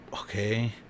okay